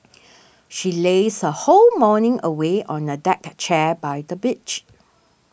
she lazed her whole morning away on a deck chair by the beach